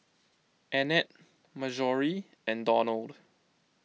Annette Marjorie and Donald